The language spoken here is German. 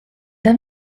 der